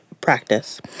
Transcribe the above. practice